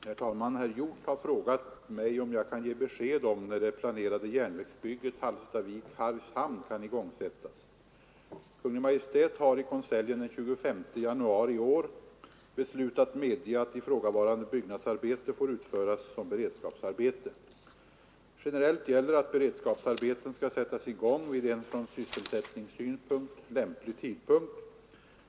Herr talman! Herr Hjorth har frågat mig om jag kan ge besked om när det planerade järnvägsbygget Hallstavik —-Hargshamn kan igångsättas. Kungl. Maj:t har i konseljen den 25 januari i år beslutat medge att ifrågavarande byggnadsarbete får utföras som beredskapsarbete. Generellt gäller att beredskapsarbeten skall sättas i gång vid en från sysselsättningssynpunkt lämplig tidpunkt.